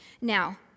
Now